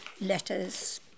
letters